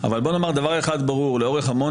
אבל בואו נאמר דבר אחד ברור: לאורך המון